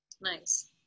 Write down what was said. Nice